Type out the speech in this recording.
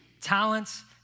talents